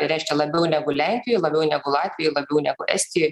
tai reiškia labiau negu lenkijoj labiau negu latvijoj labiau negu estijoj